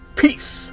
peace